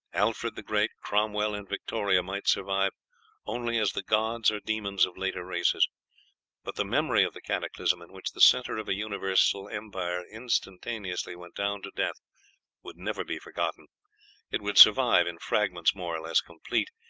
alfred the great, cromwell, and victoria might survive only as the gods or demons of later races but the memory of the cataclysm in which the centre of a universal empire instantaneously went down to death would never be forgotten it would survive in fragments, more or less complete,